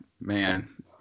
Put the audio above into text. man